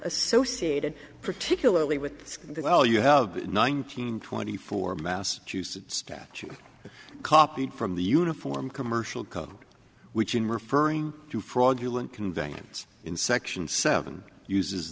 associated particularly with the well you have nineteen twenty four massachusetts statute copied from the uniform commercial code which in referring to fraudulent conveyance in section seven uses